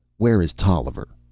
where is tolliver?